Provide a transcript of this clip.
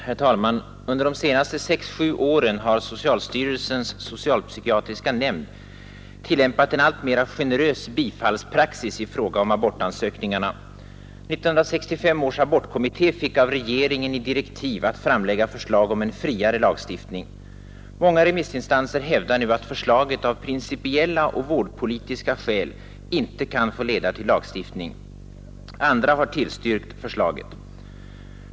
Herr talman! Under de senaste sex—sju åren har socialstyrelsens socialpsykiatriska nämnd tillämpat en alltmera generös bifallspraxis i fråga om abortansökningar. 1965 års abortkommitté fick av regeringen direktiv att framlägga förslag om en friare abortlagstiftning. Många remissinstanser hävdar nu att förslaget av principiella och vårdpolitiska skäl inte kan få leda till lagstiftning. Andra har tillstyrkt förslaget.